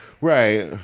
Right